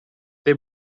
they